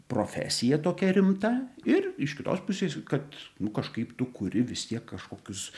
profesija tokia rimta ir iš kitos pusės kad nu kažkaip tu kuri vis tiek kažkokius